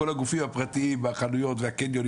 כל הגופים הפרטיים והחנויות והקניונים